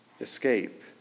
escape